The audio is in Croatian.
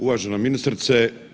Uvaženo ministrice.